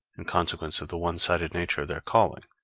in consequence of the one-sided nature of their calling.